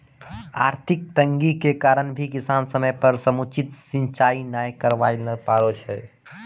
आर्थिक तंगी के कारण भी किसान समय पर समुचित सिंचाई नाय करवाय ल पारै छै